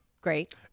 Great